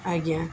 ଆଜ୍ଞା